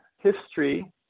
history